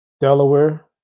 Delaware